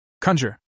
Conjure